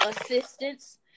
assistance